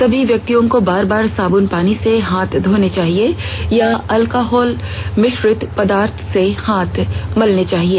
सभी व्यक्तियों को बार बार साब्न पानी से हाथ धोने चाहिए या अल्कोहल मिश्रित पदार्थ से हाथ मलने चाहिए